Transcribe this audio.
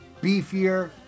beefier